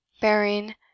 bearing